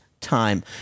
time